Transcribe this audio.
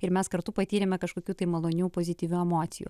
ir mes kartu patyrėme kažkokių tai malonių pozityvių emocijų